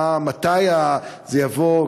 מתי זה יבוא?